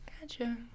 Gotcha